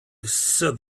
set